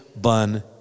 bun